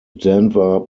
denver